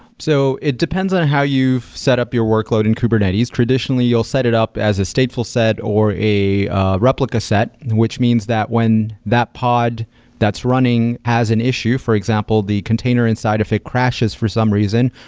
so it depends on how you set up your workload in kubernetes. traditionally, you'll set it up as a stateful set or a replica set, which means that when that pod that's running has an issue, for example, the container inside of it crashes for some reason,